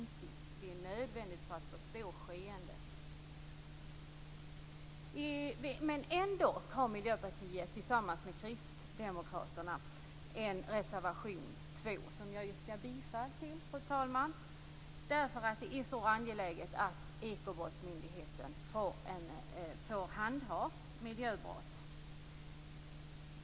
Det är nödvändigt för att förstå skeendet. Ändock har Miljöpartiet tillsammans med Kristdemokraterna en reservation, nr 2, som jag yrkar bifall till, därför att det är så angeläget att Ekobrottsmyndigheten får handha miljöbrott.